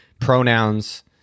pronouns